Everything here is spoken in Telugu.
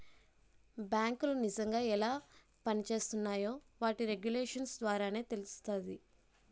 బేంకులు నిజంగా ఎలా పనిజేత్తున్నాయో వాటి రెగ్యులేషన్స్ ద్వారానే తెలుత్తాది